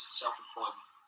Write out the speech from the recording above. self-employment